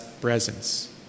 presence